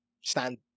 stand